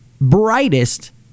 brightest